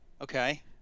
Okay